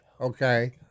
okay